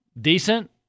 decent